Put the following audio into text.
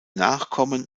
nachkommen